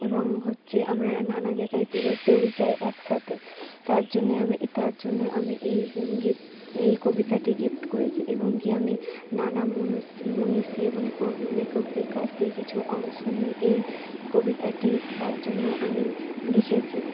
এবং হচ্ছে আমরা নানা জায়গায় বেড়তেও যাই একসাথে তার জন্যে আমিই তার জন্যে আমি এই গিফট এই কবিতাটি গিফট করেছি এবং কী আমি নানা মনিষী মনিষী এবং কো লেখকদের কাছ থেকে কিছু অংশ নিয়ে এই কবিতাটি তার জন্য আমি লিখেছি